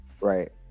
Right